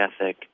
ethic